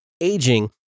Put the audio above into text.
aging